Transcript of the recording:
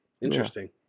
Interesting